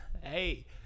Hey